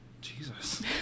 Jesus